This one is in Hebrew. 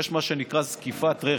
יש מה שנקרא זקיפת רכב,